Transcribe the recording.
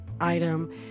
item